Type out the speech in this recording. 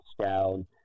down